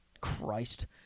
Christ